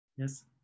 Yes